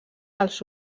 als